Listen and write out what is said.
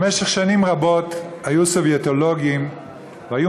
במשך שנים רבות היו סובייטולוגים שהיו